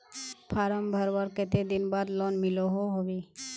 Form भरवार कते दिन बाद लोन मिलोहो होबे?